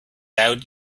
out